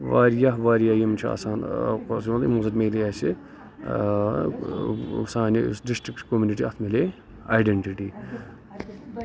واریاہ واریاہ یِم چھِ آسان یِمو سۭتۍ ملے اَسہِ سانہِ ڈِسٹرکٹچہِ کومِنِٹی اکھ مِلے ایڈینٹِٹی